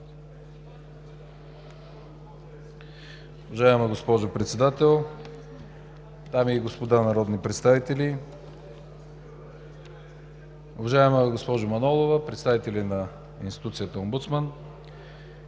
Уважаема госпожо Председател, дами и господа народни представители, уважаема госпожо Манолова, представители на институцията Омбудсман!